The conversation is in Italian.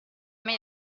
mela